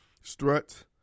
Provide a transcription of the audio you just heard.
struts